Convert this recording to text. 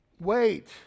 Wait